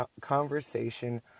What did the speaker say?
conversation